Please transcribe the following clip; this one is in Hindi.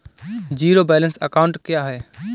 ज़ीरो बैलेंस अकाउंट क्या है?